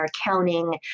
accounting